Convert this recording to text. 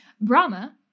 Brahma